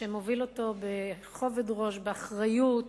שמוביל אותו בכובד-ראש, באחריות,